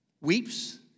weeps